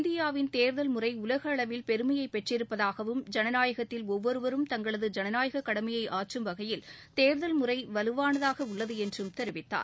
இந்தியாவின் தேர்தல் முறை உலகளவில் பெருமையை பெற்றிருப்பதாகவும் ஜனநாயகத்தில் ஒவ்வொருவரும் தங்களது ஜனநாயக கடனமயை ஆற்றும் விதத்தில் தேர்தல் முறை வலுவானதாக உள்ளது என்று குறிப்பிட்டார்